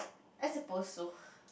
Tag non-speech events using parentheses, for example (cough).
I suppose so (noise)